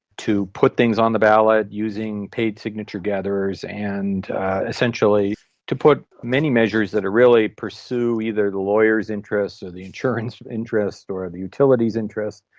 to put things on the ballot using paid signature gatherers and essentially to put many measures that really pursue either the lawyers' interest or the insurance interest or or the utilities' interest.